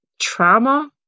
trauma